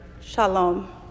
Shalom